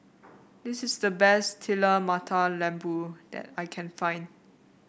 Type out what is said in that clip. this is the best Telur Mata Lembu that I can find